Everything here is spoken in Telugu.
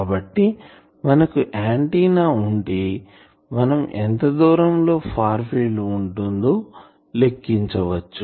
కాబట్టి మనకు ఆంటిన్నా ఉంటే మనం ఎంత దూరం లో ఫార్ ఫీల్డ్ ఉంటుందో లెక్కించవచ్చు